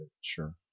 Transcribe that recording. Sure